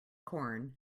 corn